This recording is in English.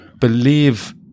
believe